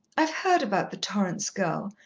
i've heard about the torrance girl.